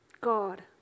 God